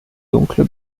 dunkle